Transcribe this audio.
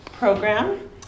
program